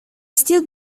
still